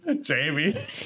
Jamie